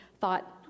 thought